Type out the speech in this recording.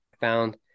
found